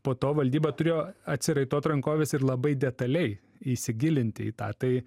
po to valdyba turėjo atsiraitot rankoves ir labai detaliai įsigilinti į tą tai